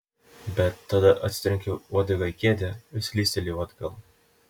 bet tada atsitrenkiau uodega į kėdę ir slystelėjau atgal